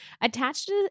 Attached